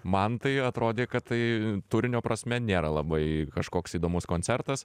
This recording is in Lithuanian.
man tai atrodė kad tai turinio prasme nėra labai kažkoks įdomus koncertas